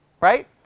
Right